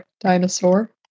dinosaur